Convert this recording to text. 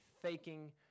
faking